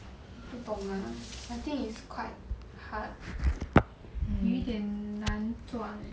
不懂 lah I think it's quite hard 有一点难赚 leh